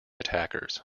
attackers